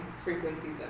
frequencies